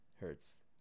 hertz